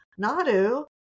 Nadu